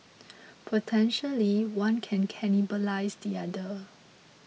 potentially one can cannibalise the other